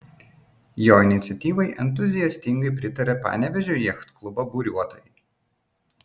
jo iniciatyvai entuziastingai pritarė panevėžio jachtklubo buriuotojai